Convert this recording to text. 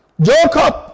Jacob